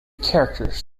characters